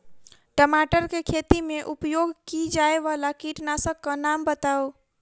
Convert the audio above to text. टमाटर केँ खेती मे उपयोग की जायवला कीटनासक कऽ नाम बताऊ?